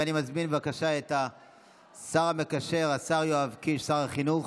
אני מזמין את השר המקשר השר יואב קיש, שר החינוך,